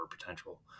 potential